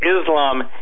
Islam